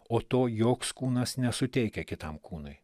o to joks kūnas nesuteikia kitam kūnui